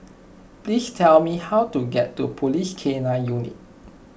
please tell me how to get to Police K nine Unit